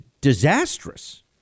disastrous